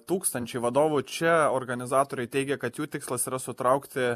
tūkstančiai vadovų čia organizatoriai teigia kad jų tikslas yra sutraukti